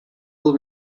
will